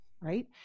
right